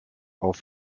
auf